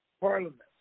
parliament